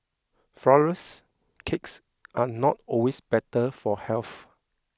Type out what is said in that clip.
Flourless Cakes are not always better for health